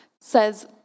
says